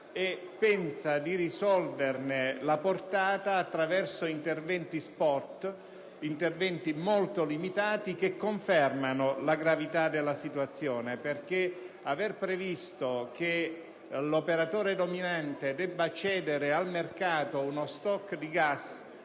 - pensando di risolverne la portata attraverso interventi *spot* molto limitati, che confermano la gravità della situazione. Aver previsto che l'operatore dominante debba cedere al mercato uno *stock* di gas